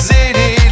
City